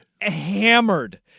Hammered